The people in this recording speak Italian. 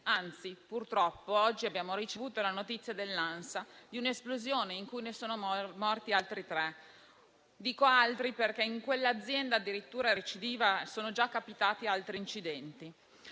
Anzi, purtroppo, oggi abbiamo ricevuto dall'ANSA la notizia di un'esplosione in cui sono morti altri tre lavoratori. Dico "altri", perché in quell'azienda, addirittura recidiva, sono già capitati altri incidenti.